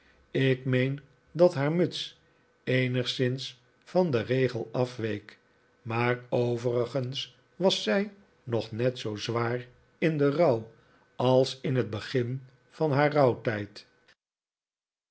ik meen dat haar muts eenigszins van den regel afweek maar overigens was zij nog net zoo zwaar in den rouw als in het begin van haar